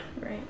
right